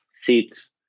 seats